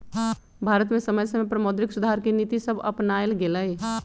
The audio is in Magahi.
भारत में समय समय पर मौद्रिक सुधार के नीतिसभ अपानाएल गेलइ